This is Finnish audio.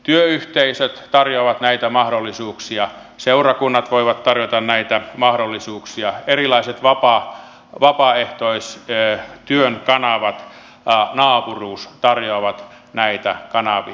työyhteisöt tarjoavat näitä mahdollisuuksia seurakunnat voivat tarjota näitä mahdollisuuksia erilaiset vapaaehtoistyön kanavat naapuruus tarjoavat näitä kanavia